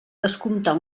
descomptar